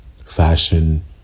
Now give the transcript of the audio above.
Fashion